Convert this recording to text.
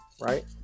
right